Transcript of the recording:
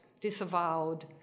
disavowed